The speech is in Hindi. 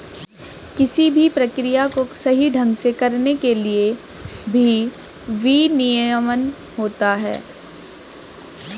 किसी भी प्रक्रिया को सही ढंग से करने के लिए भी विनियमन होता है